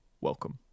welcome